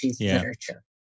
literature